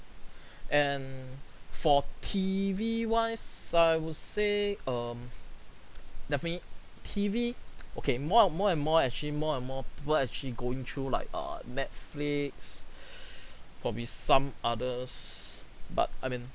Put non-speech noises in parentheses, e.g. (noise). (breath) and for T_V wise I would say um (noise) definitely T_V (noise) okay more more and more actually more and more people actually going through like err netflix (breath) probably some others but I mean